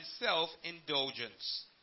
self-indulgence